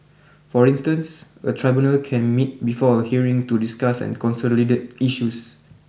for instance a tribunal can meet before a hearing to discuss and consolidate issues